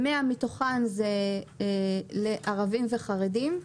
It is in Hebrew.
100 הן לערבים וחרדים.